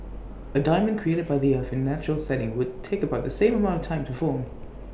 A diamond created by the earth in A natural setting would take about the same amount of time to form